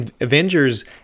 Avengers